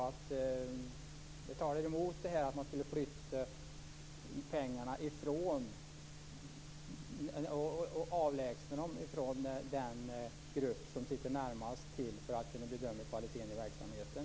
Det tar emot att man skall flytta pengarna och avlägsna dem från den grupp som sitter närmast till för att kunna bedöma kvaliteten i verksamheten.